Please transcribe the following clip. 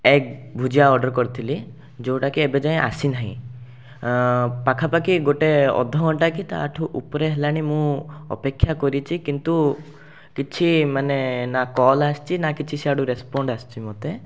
egg bhujia order କରିଥିଲି ଯେଉଁଟାକି ଏବେ ଯାଏଁ ଆସି ନାହିଁ ପାଖାପାଖି ଗୋଟେ ଅଧଘଣ୍ଟା କି ତା'ଠାରୁ ଉପରେ ହେଲାଣି ମୁଁ ଅପେକ୍ଷା କରିଛି କିନ୍ତୁ କିଛି ମାନେ ନା କଲ୍ ଆସିଛି ନା କିଛି ସେଆଡ଼ୁ ରେସ୍ପଣ୍ଡ୍ ଆସିଛି ମୋତେ